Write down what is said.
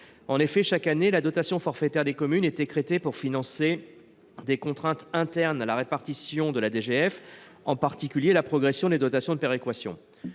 En effet, chaque année, la dotation forfaitaire des communes est écrêtée pour financer des contraintes internes à la répartition de la DGF, en particulier la progression des dotations de péréquation.